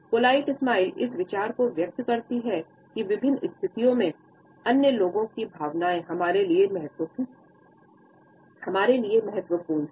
polite smile इस विचार को व्यक्त करती है कि विभिन्न स्थितियों में अन्य लोगों की भावनाएं हमारे लिए महत्वपूर्ण हैं